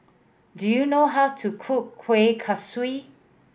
do you know how to cook Kuih Kaswi